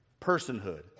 personhood